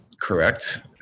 Correct